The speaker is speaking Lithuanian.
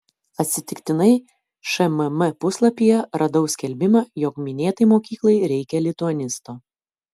atsitiktinai šmm puslapyje radau skelbimą jog minėtai mokyklai reikia lituanisto